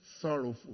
sorrowful